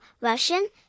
Russian